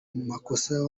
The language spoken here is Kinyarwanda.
makosa